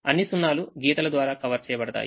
అన్ని 0 లు గీతలు ద్వారా కవర్ చేయబడతాయి